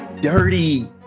dirty